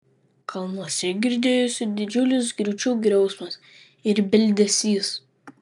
kalnuose girdėjosi didžiulis griūčių griausmas ir bildesys